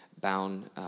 Bound